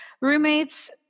roommates